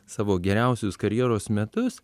savo geriausius karjeros metus